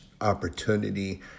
opportunity